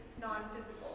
non-physical